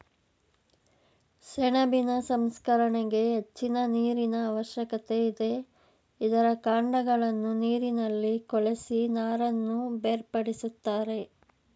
ಸೆಣಬಿನ ಸಂಸ್ಕರಣೆಗೆ ಹೆಚ್ಚಿನ ನೀರಿನ ಅವಶ್ಯಕತೆ ಇದೆ, ಇದರ ಕಾಂಡಗಳನ್ನು ನೀರಿನಲ್ಲಿ ಕೊಳೆಸಿ ನಾರನ್ನು ಬೇರ್ಪಡಿಸುತ್ತಾರೆ